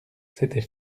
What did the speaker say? c’était